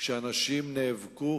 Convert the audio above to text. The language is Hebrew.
כשאנשים נאבקו